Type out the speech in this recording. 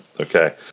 Okay